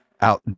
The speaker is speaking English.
out